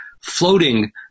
floating